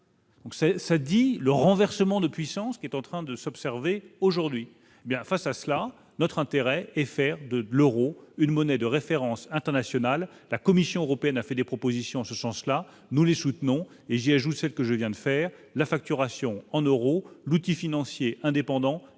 c'est ça, dit le renversement de puissance qui est en train de s'observer aujourd'hui bien face à cela, notre intérêt et faire de l'Euro, une monnaie de référence internationale, la Commission européenne a fait des propositions en ce sens-là, nous les soutenons et j'y ajoute celle que je viens de faire la facturation en Euro, l'outil financier indépendant